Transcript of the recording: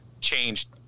changed